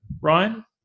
Ryan